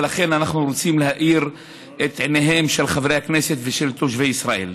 ולכן אנחנו רוצים להאיר את עיניהם של חברי הכנסת ושל תושבי ישראל.